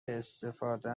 استفاده